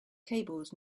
cables